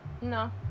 No